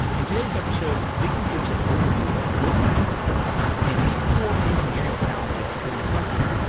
in today's episode, vicki gives an overview of lyft infrastructure and the core engineering challenges within the company.